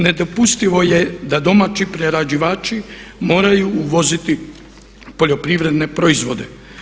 Nedopustivo je da domaći prerađivači moraju uvoziti poljoprivredne proizvode.